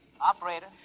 Operator